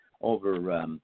over